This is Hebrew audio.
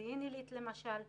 מודיעין עילית למשל,